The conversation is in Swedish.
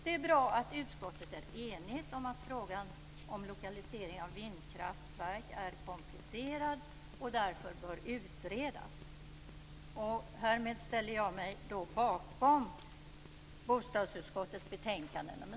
Det är bra att utskottet är enigt om att frågan om lokalisering av vindkraftverk är komplicerad och därför bör utredas. Härmed ställer jag mig bakom bostadsutskottets betänkande 6.